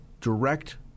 direct